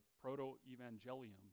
Proto-Evangelium